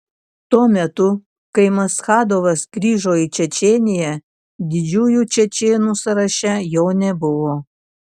tuo metu kai maschadovas grįžo į čečėniją didžiųjų čečėnų sąraše jo nebuvo